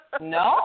No